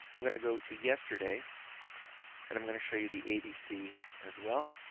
i'm going to go to yesterday and i'm going to show you the abc as well.